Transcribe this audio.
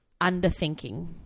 underthinking